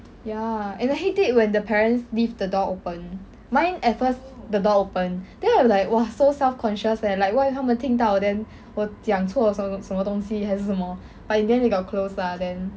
ya and I hate it when the parents leave the door open mine at first the door open then I was like !wah! so self conscious leh like what if 他们听到 then 我讲错什么什么东西还是什么 but in the end they got close lah then